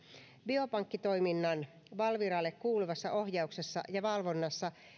biopankkitoiminnan valviralle kuuluvassa ohjauksessa ja valvonnassa